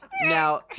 Now